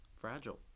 Fragile